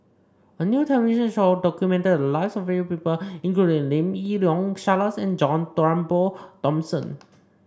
a new television show documented the lives of various people including Lim Yi Yong Charles and John Turnbull Thomson